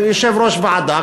יושב-ראש ועדה,